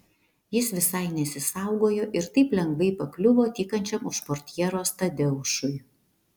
jis visai nesisaugojo ir taip lengvai pakliuvo tykančiam už portjeros tadeušui